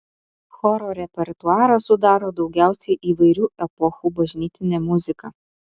choro repertuarą sudaro daugiausiai įvairių epochų bažnytinė muzika